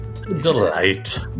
Delight